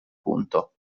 punto